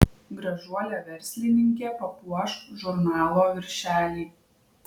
gražuolė verslininkė papuoš žurnalo viršelį